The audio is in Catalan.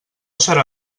serà